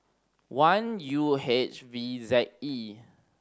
one U H V Z E